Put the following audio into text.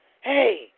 Hey